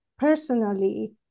Personally